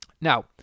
Now